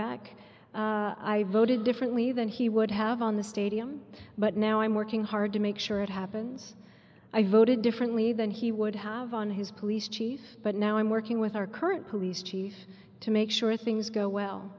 back i voted differently than he would have on the stadium but now i'm working hard to make sure it happens i voted differently than he would have on his police chief but now i'm working with our current police chief to make sure things go well